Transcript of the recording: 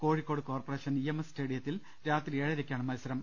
Kozhikode corporation E M S സ്റ്റേഡിയത്തിൽ രാത്രി ഏഴരയ്ക്കാണ് മത്സ രം